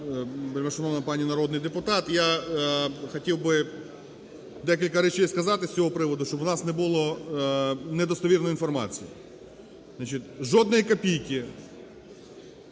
вельмишановна пані народний депутат. Я хотів би декілька речей сказати з цього приводу, щоб у нас не було недостовірної інформації. Жодної копійки